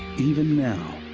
even now,